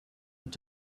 have